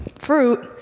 fruit